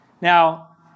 Now